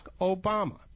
Obama